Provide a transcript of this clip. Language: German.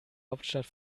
hauptstadt